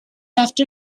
after